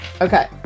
Okay